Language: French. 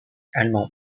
allemand